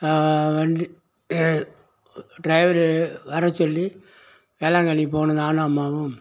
வண்டி டிரைவரு வர சொல்லி வேளாங்கண்ணி போகணும் நானும் அம்மாவும்